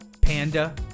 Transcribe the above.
Panda